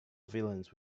villains